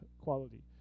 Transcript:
quality